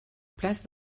place